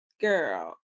girl